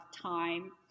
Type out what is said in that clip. time